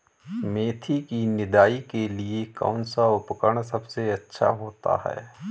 मेथी की निदाई के लिए कौन सा उपकरण सबसे अच्छा होता है?